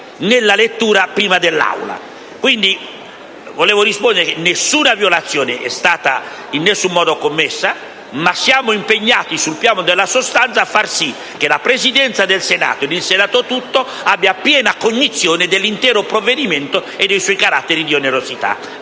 nella lettura prima dell'Aula. Quindi, nessuna violazione è stata in alcun modo commessa; ma siamo impegnati, sul piano della sostanza, a far sì che la Presidenza del Senato e il Senato tutto abbiano piena cognizione dell'intero provvedimento e dei suoi caratteri di onerosità.